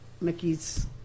Mickey's